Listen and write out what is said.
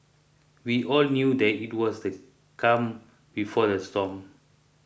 we all knew that it was the calm before the storm